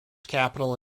capital